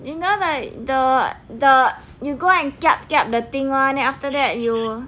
you know the the you go and kiap kiap the thing [one] then after that you